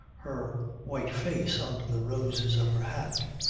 her white face under the roses of her hat.